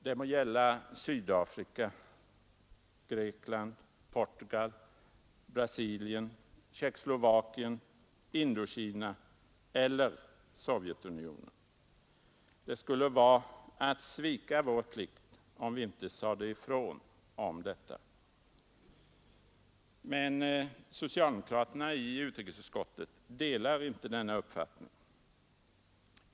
Det må gälla Sydafrika, Grekland, Portugal, Brasilien, Tjeckoslovakien, Indokina eller Sovjetunionen. Det skulle vara att svika vår plikt om vi inte sade ifrån om detta. Men socialdemokraterna i utrikesutskottet delar inte denna uppfattning.